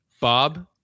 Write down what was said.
Bob